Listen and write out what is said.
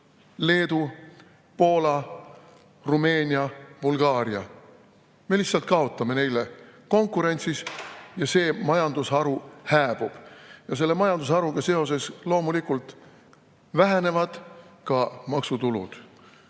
Leedu, Poola, Rumeenia, Bulgaaria, me lihtsalt kaotame konkurentsis. See majandusharu hääbub ja sellega seoses loomulikult vähenevad ka maksutulud.